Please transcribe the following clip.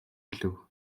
хэлэв